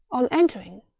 on entering,